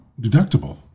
Deductible